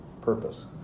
purpose